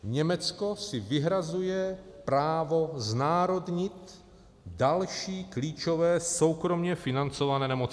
Německo si vyhrazuje právo znárodnit další klíčové soukromě financované nemocnice.